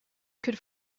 could